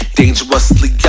dangerously